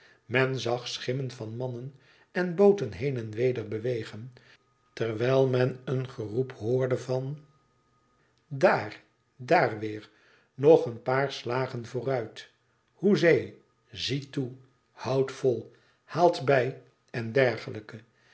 men zag schimmen van mannen en booten heen en weder bewegen terwijl men een geroep hoorde van idaar daar weer nog een paar slagen vooruit hoezeel t ziet toe t houdt vol haalt bijl en dergelijke